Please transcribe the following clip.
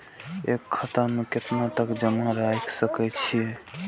एक खाता में केतना तक जमा राईख सके छिए?